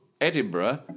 Edinburgh